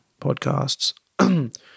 podcasts